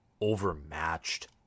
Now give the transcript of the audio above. overmatched